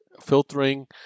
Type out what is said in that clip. filtering